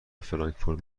فرانکفورت